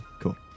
cool